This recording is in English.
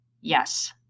Yes